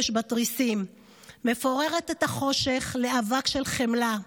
בתריסים / מפוררת את החושך / לאבק של חמלה.